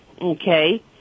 okay